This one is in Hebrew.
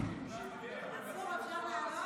אפשר לעלות?